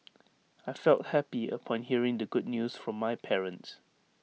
I felt happy upon hearing the good news from my parents